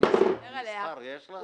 שאדוני דיבר עליה --- מספר יש לך?